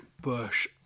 Bush